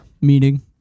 Meaning